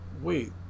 wait